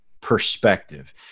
perspective